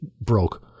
broke